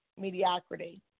mediocrity